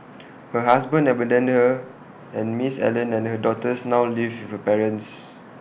her husband abandoned her and miss Allen and her daughters now live with her parents